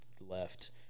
left